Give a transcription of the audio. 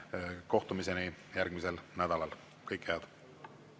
Kohtumiseni järgmisel nädalal! Kõike head!